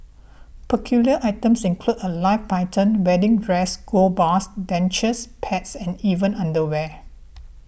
peculiar items include a live python wedding dresses gold bars dentures pets and even underwear